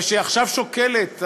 ושעכשיו שוקלת,